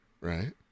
Right